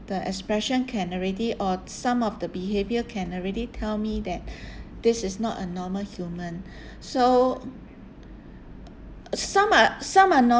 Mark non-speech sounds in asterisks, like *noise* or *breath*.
the expression can already or some of the behavior can already tell me that *breath* this is not a normal human *breath* so some are some are